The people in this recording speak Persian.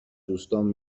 دوستام